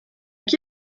qui